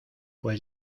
pues